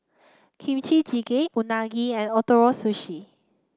Kimchi Jjigae Unagi and Ootoro Sushi